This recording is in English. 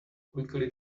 quickly